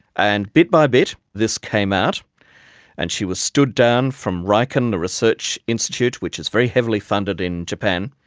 and bit by bit this came out and she was stood down from riken, the research institute which is very heavily funded in japan,